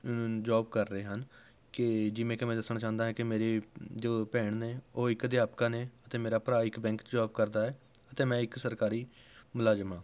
job ਕਰ ਰਹੇ ਹਨ ਕਿ ਜਿਵੇਂ ਕਿ ਮੈਂ ਦੱਸਣਾ ਚਾਹੁੰਦਾ ਹਾਂ ਕਿ ਮੇਰੀ ਜੋ ਭੈਣ ਨੇ ਉਹ ਇੱਕ ਅਧਿਆਪਕਾ ਨੇ ਅਤੇ ਮੇਰਾ ਭਰਾ ਇੱਕ ਬੈਂਕ 'ਚ ਜੌਬ ਕਰਦਾ ਏ ਅਤੇ ਮੈਂ ਇੱਕ ਸਰਕਾਰੀ ਮੁਲਾਜ਼ਮ ਆ